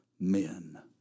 Men